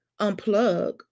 unplug